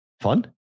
Fun